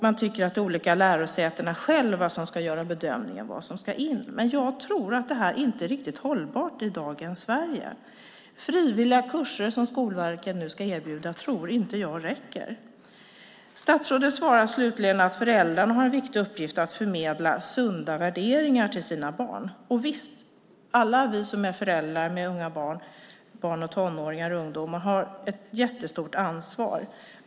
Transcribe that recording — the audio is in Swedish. Man tycker att det är de olika lärosätena själva som ska göra bedömningen av vad som ska in. Men jag tror inte att detta är riktigt hållbart i dagens Sverige. Jag tror inte att det räcker med de frivilliga kurser som Skolverket nu ska erbjuda. Statsrådet svarar slutligen att föräldrarna har en viktig uppgift i att förmedla sunda värderingar till sina barn. Och visst - alla vi som är föräldrar till barn, tonåringar och ungdomar har ett jättestort ansvar.